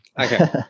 okay